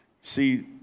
See